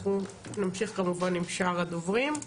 אנחנו נמשיך כמובן עם שאר הדוברים,